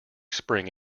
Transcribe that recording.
spring